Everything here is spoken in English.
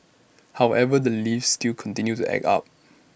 however the lifts still continue to act up